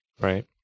Right